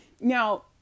now